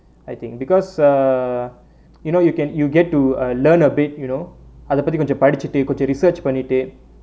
I think because uh you know you can you get to learn a bit you know அதை பத்தி கொஞ்சம் படிச்சிட்டு கொஞ்சம்:athai pathi konjam padichittu konjam research பண்ணிக்கிட்டு:pannkkittu